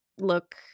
look